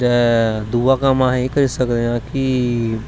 ते दूआ कम्म अस एह् करी सकदे आं कि